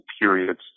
periods